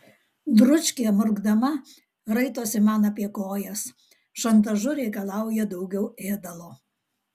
dručkė murkdama raitosi man apie kojas šantažu reikalauja daugiau ėdalo